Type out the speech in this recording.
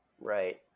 Right